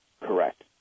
Correct